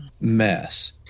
mess